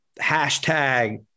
hashtag